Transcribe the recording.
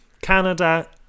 Canada